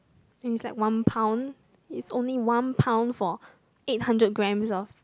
is like one pound it's only one pound for eight hundred grams of